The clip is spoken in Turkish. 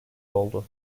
oldu